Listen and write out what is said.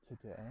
today